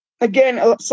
again